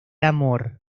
amor